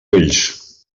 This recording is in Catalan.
ulls